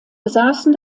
besaßen